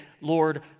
Lord